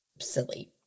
silly